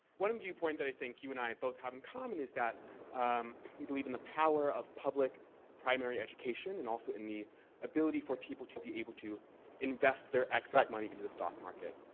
one viewpoint that i think you and i both have in common is that you believe in the power of public primary education and also in the ability for people to be able to invest their excess money into the stock market.